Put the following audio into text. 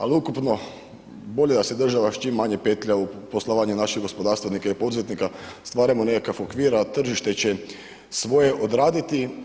Ali ukupno bolje da se država što manje petlja u poslovanje naših gospodarstvenika i poduzetnika, stvaramo nekakav okvir a tržište će svoje odraditi.